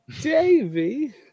davy